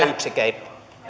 yksi keino